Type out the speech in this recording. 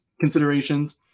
considerations